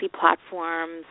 platforms